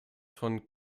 von